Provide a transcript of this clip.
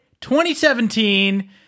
2017